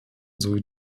sowie